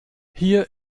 hier